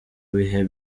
bihe